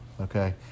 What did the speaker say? Okay